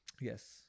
Yes